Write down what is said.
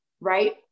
right